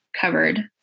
covered